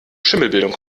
schimmelbildung